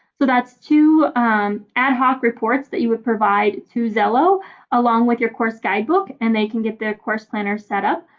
so that's two ad-hoc reports that you would provide to xello along with your course guide book and they can get your course planner set up.